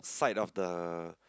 side of the